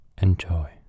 Enjoy